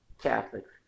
Catholics